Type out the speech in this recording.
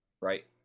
Right